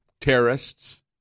terrorists